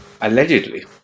Allegedly